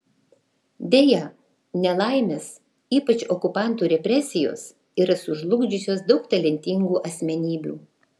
deja nelaimės ypač okupantų represijos yra sužlugdžiusios daug talentingų asmenybių